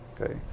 okay